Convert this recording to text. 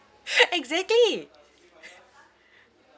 exactly